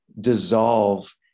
dissolve